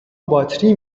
باطری